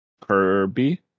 kirby